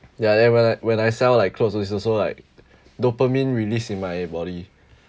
ya then when I when I sell like clothes also like dopamine released in my body